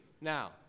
now